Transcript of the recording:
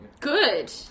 Good